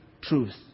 truth